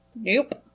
Nope